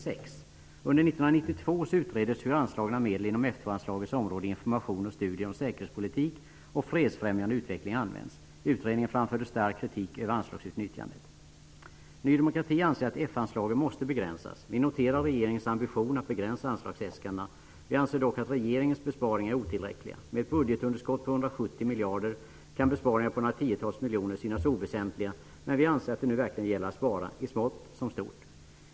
Under 1992 utreddes hur anslagna medel inom F 2-anslagets område Information och studier om säkerhetspolitik och fredsfrämjande utveckling används. Utredningen framförde stark kritik över anslagsutnyttjandet. Ny demokrati anser att F-anslagen måste begränsas. Vi noterar regeringens ambition att begränsa anslagäskandena. Vi anser dock att regeringens besparingar är otillräckliga. Med ett budgetunderskott på 170 miljarder kan besparingar på några tiotals miljoner synas oväsentliga. Men vi anser att det nu verkligen gäller att spara -- i smått som stort.